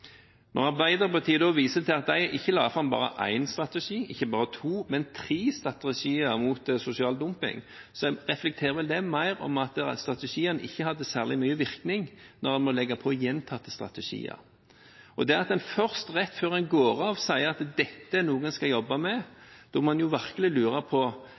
Når Arbeiderpartiet da viser til at de la fram ikke bare én strategi, ikke bare to, men tre strategier mot sosial dumping, reflekterer vel det mer at strategiene ikke hadde særlig mye virkning, når man må legge på gjentatte strategier. Det at man først rett før man går av, sier at dette er noe man skal jobbe med, da må man jo virkelig lure: Synes en at alt det vi har gjort på